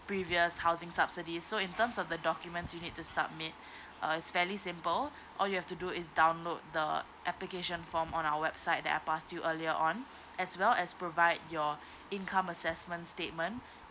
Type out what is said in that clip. previous housing subsidies so in terms of the documents you need to submit uh is fairly simple all you have to do is download the application form on our website that I passed you earlier on as well as provide your income assessment statement